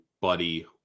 buddy